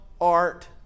art